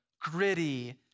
gritty